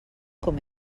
com